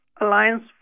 Alliance